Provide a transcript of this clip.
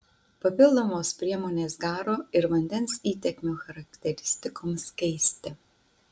papildomos priemonės garo ir vandens įtekmių charakteristikoms keisti